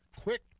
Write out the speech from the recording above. Quick